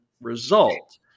result